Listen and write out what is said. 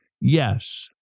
Yes